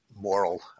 moral